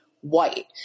white